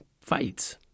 fights